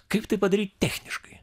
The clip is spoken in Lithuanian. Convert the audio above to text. kaip tai padaryti techniškai